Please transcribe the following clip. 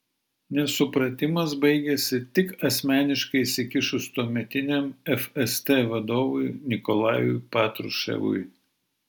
nesupratimas baigėsi tik asmeniškai įsikišus tuometiniam fst vadovui nikolajui patruševui